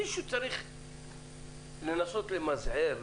מישהו צריך לנסות למזער,